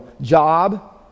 job